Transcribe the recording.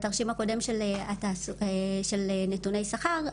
בתרשים הקודם של נתוני שכר,